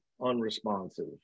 unresponsive